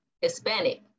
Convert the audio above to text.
Hispanic